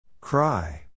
Cry